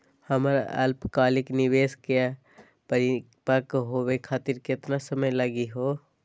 हमर अल्पकालिक निवेस क परिपक्व होवे खातिर केतना समय लगही हो?